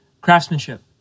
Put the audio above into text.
Craftsmanship